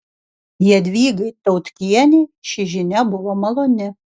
jadvygai tautkienei ši žinia buvo maloni